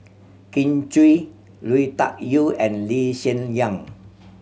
Kin Chui Lui Tuck Yew and Lee Hsien Yang